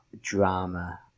drama